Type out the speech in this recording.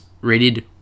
rated